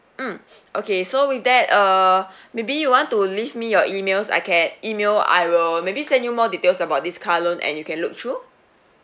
mm okay so with that uh maybe you want to leave me your emails I can email I will maybe send you more details about this car loan and you can look through